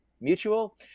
mutual